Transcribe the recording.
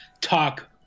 Talk